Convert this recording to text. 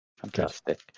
Fantastic